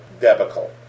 debacle